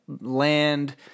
land